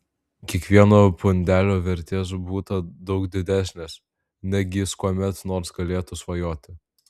kiekvieno pundelio vertės būta daug didesnės neg jis kuomet nors galėtų svajoti